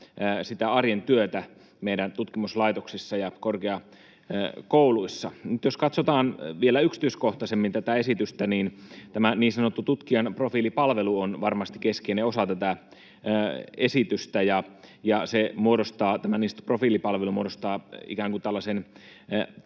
sitä arjen työtä meidän tutkimuslaitoksissa ja korkeakouluissa. Nyt jos katsotaan vielä yksityiskohtaisemmin tätä esitystä, niin tämä niin sanottu tutkijan profiilipalvelu on varmasti keskeinen osa tätä esitystä. Tämä niin sanottu profiilipalvelu muodostaa tällaisen